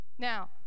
Now